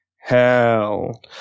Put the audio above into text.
hell